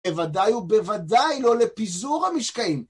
בוודאי ובוודאי לא לפיזור המשקעים